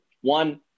One